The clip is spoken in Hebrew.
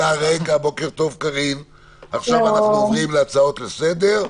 עכשיו אנחנו עוברים להצעות לסדר,